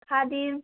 খাদিম